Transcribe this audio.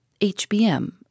HBM